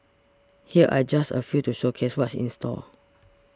here are just a few to showcase what's in store